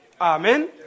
Amen